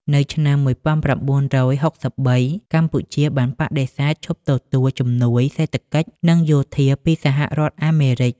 នៅឆ្នាំ ១៩៦៣ កម្ពុជាបានបដិសេធឈប់ទទួលជំនួយសេដ្ឋកិច្ច និងយោធាពីសហរដ្ឋអាមេរិក។